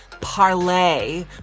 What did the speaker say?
parlay